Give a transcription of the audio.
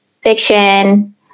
fiction